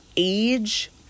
age